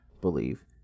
believe